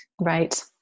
Right